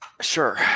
Sure